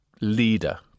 leader